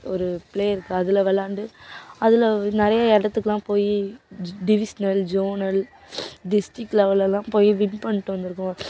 ஒரு பிளே இருக்கு அதில் விளாண்டு அதில் நிறைய இடத்துக்குலாம் போய் டிவிஷ்னல் ஜோனல் டிஸ்ட்ரிக் லெவலில் எல்லாம் போய் வின் பண்ணிட்டு வந்திருக்கோம்